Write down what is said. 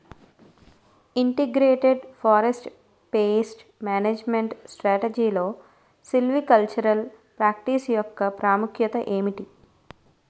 Integrated forest pest management స్ట్రాటజీలో silvicultural practice యెక్క ప్రాముఖ్యత ఏమిటి??